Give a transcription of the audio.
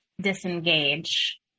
disengage